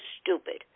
stupid